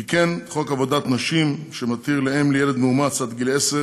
הוא תיקן את חוק עבודת נשים שמתיר לאם לילד מאומץ עד גיל עשר